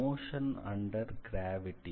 motion under gravity